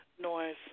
noise